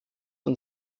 und